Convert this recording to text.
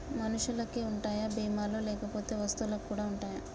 మనుషులకి ఉంటాయా బీమా లు లేకపోతే వస్తువులకు కూడా ఉంటయా?